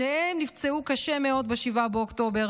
ושניהם נפצעו קשה מאוד ב-7 באוקטובר